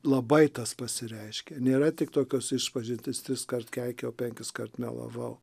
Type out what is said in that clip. labai tas pasireiškia nėra tik tokios išpažintys triskart keikiau o penkiskart melavau